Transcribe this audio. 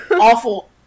awful